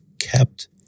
kept